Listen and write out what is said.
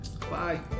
Bye